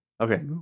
okay